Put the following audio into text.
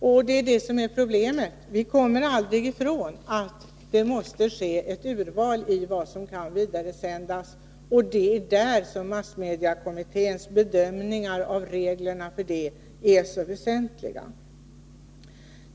Och det är problemet: vi kommer aldrig ifrån att det måste ske ett urval i vad som kan vidaresändas, och det är där som massmediekommitténs bedömningar av reglerna är så väsentliga.